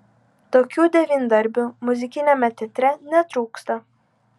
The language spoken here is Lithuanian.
tokių devyndarbių muzikiniame teatre netrūksta